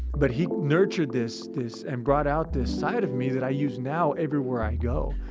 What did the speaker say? but he nurtured this this and brought out this side of me that i use now everywhere i go.